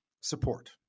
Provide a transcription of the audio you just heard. support